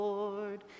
Lord